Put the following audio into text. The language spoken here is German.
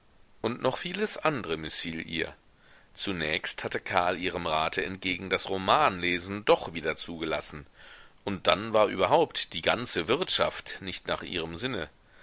und noch vieles andre mißfiel ihr zunächst hatte karl ihrem rate entgegen das roman lesen doch wieder zugelassen und dann war überhaupt die ganze wirtschaft nicht nach ihrem sinne